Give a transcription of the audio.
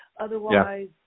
Otherwise